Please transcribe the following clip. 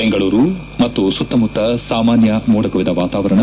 ಬೆಂಗಳೂರು ಮತ್ತು ಸುತ್ತಮುತ್ತ ಸಾಮಾನ್ಯ ಮೋಡಕವಿದ ವಾತಾರವಣ